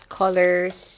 colors